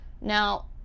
Now